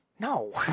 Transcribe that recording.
No